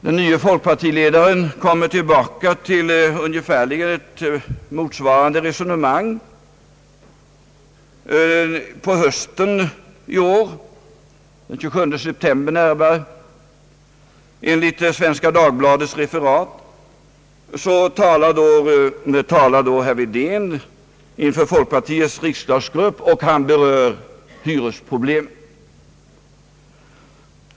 Den nye folkpartiledaren kommer tillbaka till ett motsvarande resonemang på hösten i år — den 27 september. Enligt Svenska Dagbladets referat berörde herr Wedén då hyresproblemen i ett tal inför folkpartiets riksdagsgrupp.